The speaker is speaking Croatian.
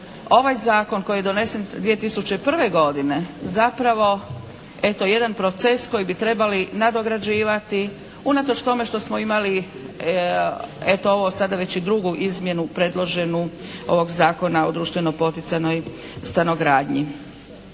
ovaj Zakon koji je donesen 2001. godine zapravo eto jedan proces koji bi trebali nadograđivati unatoč tome što smo imali eto ovo sada već i drugu izmjenu predloženu ovog Zakona o društveno poticajnoj stanogradnji.